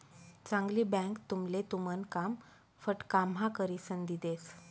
चांगली बँक तुमले तुमन काम फटकाम्हा करिसन दी देस